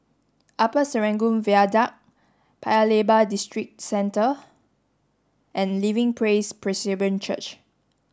Upper Serangoon Viaduct Paya Lebar Districentre and Living Praise Presbyterian Church